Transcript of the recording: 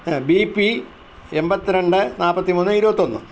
B P എണ്പത്തിരണ്ട് നാല്പത്തി മൂന്ന് ഇരുപത്തൊന്ന്